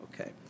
Okay